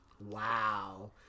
Wow